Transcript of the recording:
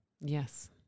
Yes